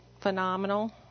phenomenal